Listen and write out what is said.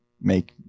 make